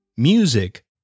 Music